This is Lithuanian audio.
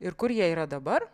ir kur jie yra dabar